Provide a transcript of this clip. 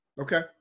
Okay